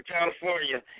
California